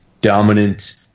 dominant